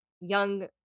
young